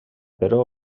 però